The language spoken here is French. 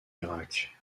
irak